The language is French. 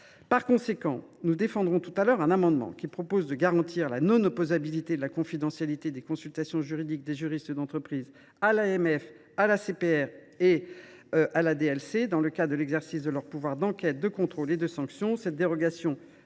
Par conséquent, nous défendrons tout à l’heure un amendement visant à garantir la non opposabilité de la confidentialité des consultations juridiques des juristes d’entreprise à l’AMF, à l’ACPR et à l’ADLC dans le cadre de l’exercice de leurs pouvoirs d’enquête, de contrôle et de sanction.